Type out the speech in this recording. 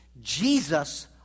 Jesus